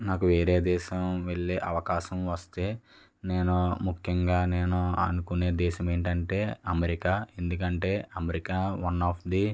నాకు వేరే దేశం వెళ్ళే అవకాశం వస్తే నేను ముఖ్యంగా నేను అనుకునే దేశం ఏంటంటే అమెరికా ఎందుకంటే అమెరికా వన్ ఆఫ్ ది